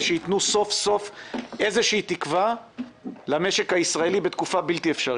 שייתנו סוף-סוף איזושהי תקווה למשק הישראלי בתקופה בלתי אפשרית.